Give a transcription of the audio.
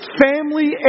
family